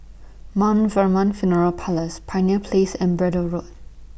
Mt Vernon Funeral Parlours Pioneer Place and Braddell Road